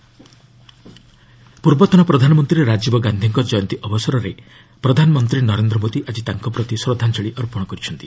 PM Rajiv Gandhi ପୂର୍ବତନ ପ୍ରଧାନମନ୍ତ୍ରୀ ରାଜୀବ ଗାନ୍ଧୀଙ୍କ ଜୟନ୍ତୀ ଅବସରରେ ପ୍ରଧାନମନ୍ତ୍ରୀ ନରେନ୍ଦ୍ର ମୋଦି ଆଜି ତାଙ୍କ ପ୍ରତି ଶ୍ରଦ୍ଧାଞ୍ଚଳି ଅର୍ପଣ କରିଛନ୍ତି